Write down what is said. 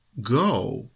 go